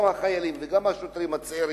גם החיילים וגם השוטרים הצעירים,